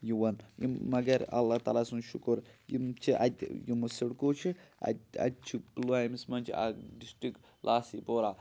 یِوان یِم مگر اللہ تعالیٰ سُنٛد شُکُر یِم چھِ اَتہِ یِم سِڑکو چھِ اَتہِ اَتہِ چھُ پُلوامِس منٛز چھِ اَکھ ڈِسٹِرٛک لاسی پورہ